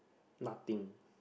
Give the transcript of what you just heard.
nothing